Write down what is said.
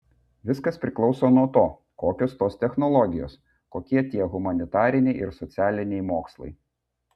viskas priklauso nuo to kokios tos technologijos kokie tie humanitariniai ir socialiniai mokslai